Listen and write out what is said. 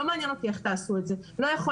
זה לא מעניין אותי איך תעשו את זה.